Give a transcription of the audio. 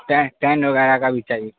tent tent وغیرہ کا بھی چاہیے